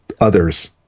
others